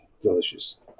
delicious